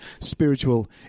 spiritual